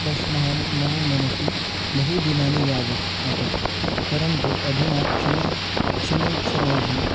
प्रश्नः मम मनसि बहु दिननि यावत् अटति परन्तु अधुना शने शनै शनैः